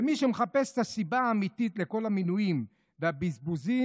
ומי שמחפש את הסיבה האמיתית לכל המינויים והבזבוזים,